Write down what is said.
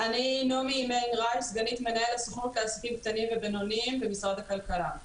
אני סגנית מנהל הסוכנות לעסקים קטנים ובינוניים במשרד הכלכלה.